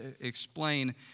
explain